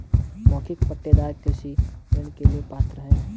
मौखिक पट्टेदार कृषि ऋण के लिए पात्र हैं